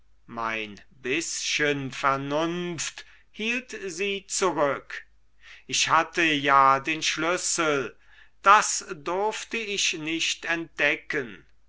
mein bißchen vernunft hielt sie zurück ich hatte ja den schlüssel das durfte ich nicht entdecken